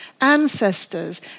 ancestors